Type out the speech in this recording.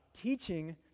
Teaching